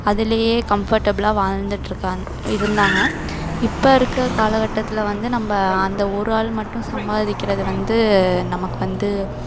அதுலேயே கம்ஃபர்டபிளாக வாழ்ந்துட்டுருக்காங்க இருந்தாங்க இப்போருக்க கால கட்டத்தில் வந்து நம்ம அந்த ஒரு ஆள் மட்டும் சம்பாதிக்கிறது வந்து நமக்கு வந்து